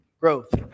growth